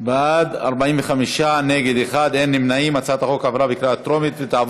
להעביר את הצעת חוק לתיקון פקודת